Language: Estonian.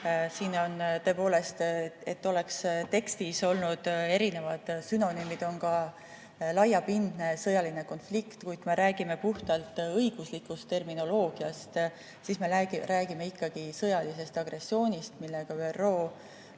siin on tõepoolest, et oleks tekstis erinevad sünonüümid, ka "laiapindne sõjaline konflikt". Kui me peame silmas puhtalt õiguslikku terminoloogiat, siis me räägime ikkagi sõjalisest agressioonist, millega ÜRO